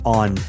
on